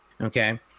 okay